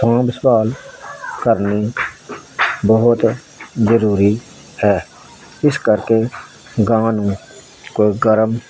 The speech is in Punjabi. ਸਾਂਭ ਸੰਭਾਲ ਕਰਨੀ ਬਹੁਤ ਜ਼ਰੂਰੀ ਹੈ ਇਸ ਕਰਕੇ ਗਾਂ ਨੂੰ ਕੋਈ ਗਰਮ